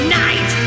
night